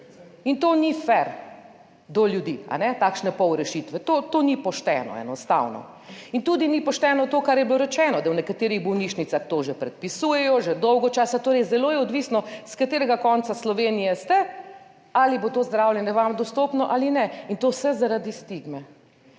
in to ni fer do ljudi, ne takšne pol rešitve. To ni pošteno, enostavno. In tudi ni pošteno to, kar je bilo rečeno, da v nekaterih bolnišnicah to že predpisujejo že dolgo časa, torej zelo je odvisno, s katerega konca Slovenije ste, ali bo to zdravljenje vam dostopno ali ne in to vse zaradi stigme.